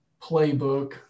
playbook